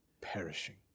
perishing